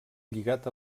lligat